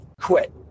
quit